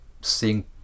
seeing